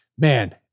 Man